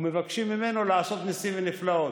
ומבקשים מהמשרד לעשות ניסים ונפלאות.